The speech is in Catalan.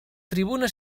tribuna